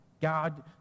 God